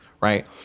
Right